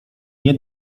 nie